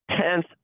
Tenth